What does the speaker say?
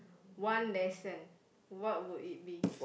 one lesson what would it be